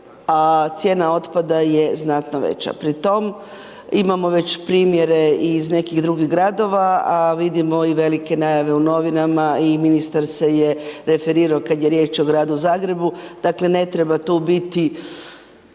a cijena otpada je znatno veća. Pri tom imamo već primjere i iz nekih drugih gradova a vidimo i velike najave u novinama i ministar se je referirao kada je riječ o gradu Zagrebu. Dakle ne treba tu biti